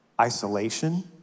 isolation